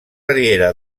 riera